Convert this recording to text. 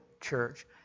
church